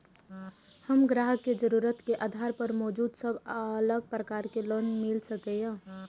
हम ग्राहक के जरुरत के आधार पर मौजूद सब अलग प्रकार के लोन मिल सकये?